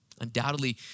Undoubtedly